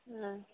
हुँ